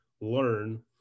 learn